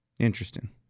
Interesting